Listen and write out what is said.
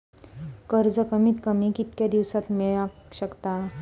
कर्ज कमीत कमी कितक्या दिवसात मेलक शकता?